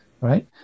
right